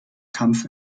kampf